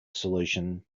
solution